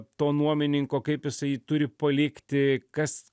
to nuomininko kaip jisai jį turi palikti kas